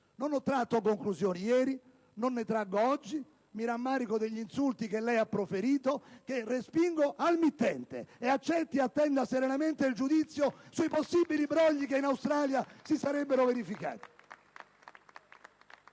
Non ho tratto conclusioni ieri, non ne traggo oggi. Mi rammarico degli insulti che lei, senatore Randazzo, ha proferito e che respingo al mittente invitandola ad accettare ed attendere serenamente il giudizio sui possibili brogli che in Australia si sarebbero verificati.